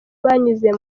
byanyuze